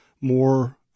more